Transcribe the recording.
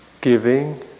giving